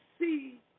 see